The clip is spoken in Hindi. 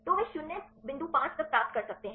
तो वे 05 तक प्राप्त कर सकते हैं